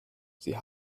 sie